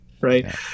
Right